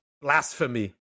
blasphemy